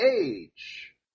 age